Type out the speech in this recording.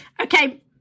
okay